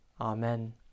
Amen